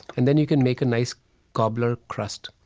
and then you can make a nice cobbler crust.